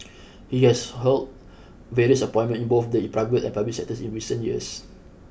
he has held various appointments in both the private and public sectors in recent years